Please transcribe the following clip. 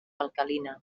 alcalina